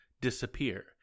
disappear